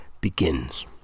begins